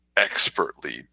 Expertly